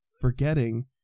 forgetting